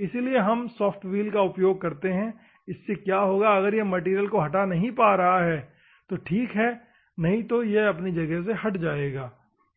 इसलिए हम soft wheel का उपयोग करते है इससे क्या होगा तो अगर यह मैटेरियल को हटा पा रहा है तो ठीक है नहीं तो यह अपनी जगह से हट जायेगा